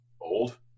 old